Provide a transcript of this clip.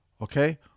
okay